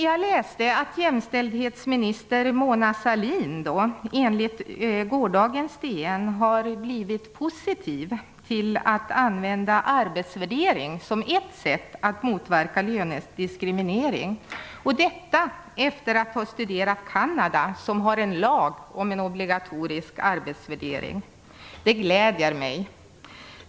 I en artikel i gårdagens Dagens Nyheter läste jag att jämställdhetsminister Mona Sahlin har blivit positiv till att använda arbetsvärdering som ett sätt att motverka lönediskriminering. Det har hon blivit efter det att hon har studerat Kanada, som har en lag om en obligatorisk arbetsvärdering. Det gläder mig.